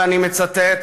ואני מצטט,